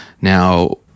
Now